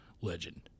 legend